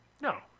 No